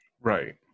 Right